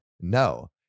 no